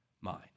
mind